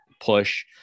push